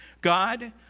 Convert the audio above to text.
God